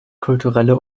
kulturelle